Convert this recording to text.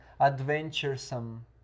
adventuresome